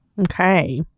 Okay